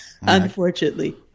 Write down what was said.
unfortunately